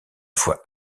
fois